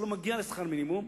שלא מגיע לשכר מינימום,